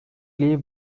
clay